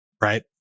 right